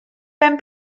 ben